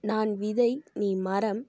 நான் விதை நீ மரம்